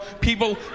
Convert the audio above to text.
people